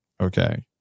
okay